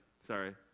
Sorry